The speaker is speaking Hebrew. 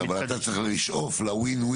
אבל אתה צריך לשאוף ל-win-win,